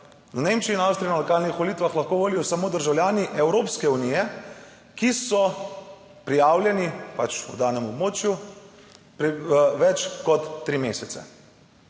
V Nemčiji in Avstriji lahko na lokalnih volitvah volijo samo državljani Evropske unije, ki so prijavljeni na danem območju več kot tri mesece.